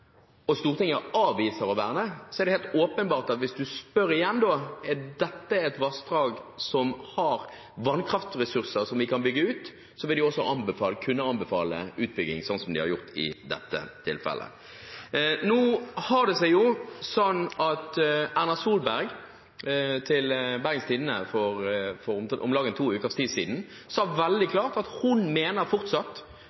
og Stortinget avviser å verne, er det helt åpenbart at hvis man spør igjen om dette er et vassdrag som har vannkraftressurser som vi kan bygge ut, vil de også kunne anbefale utbygging, sånn som de har gjort i dette tilfellet. Nå har det seg sånn at Erna Solberg til Bergens Tidende for om lag to uker siden sa veldig